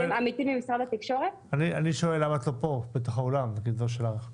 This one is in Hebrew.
שואל למה את לא פה באולם.